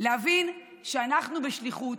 להבין שאנחנו בשליחות.